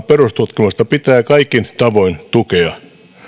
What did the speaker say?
perustutkimusta pitää kaikin tavoin tukea